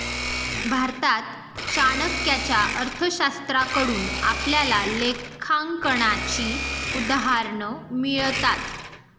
भारतात चाणक्याच्या अर्थशास्त्राकडून आपल्याला लेखांकनाची उदाहरणं मिळतात